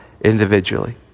individually